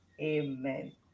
amen